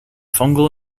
fungal